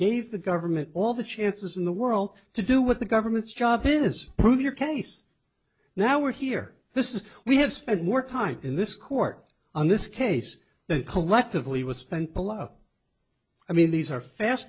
gave the government all the chances in the world to do what the government's job is prove your case now we're here this is we have spent more time in this court on this case that collectively was spent below i mean these are fast